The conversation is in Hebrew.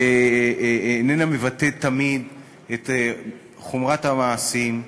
ואיננה מבטאת תמיד את חומרת המעשים,